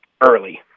early